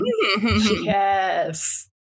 Yes